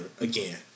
again